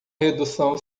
redução